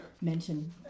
mention